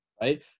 right